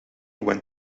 went